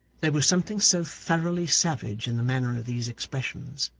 there was something so thoroughly savage in the manner of these expressions,